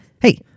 hey